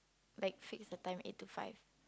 like fix the time eight to five